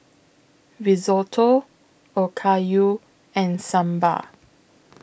Risotto Okayu and Sambar